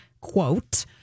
Quote